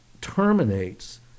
terminates